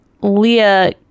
Leah